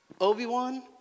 Obi-Wan